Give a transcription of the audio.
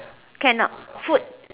can not food